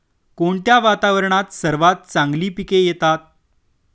कोणत्या वातावरणात सर्वात चांगली पिके येतात?